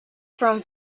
from